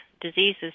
diseases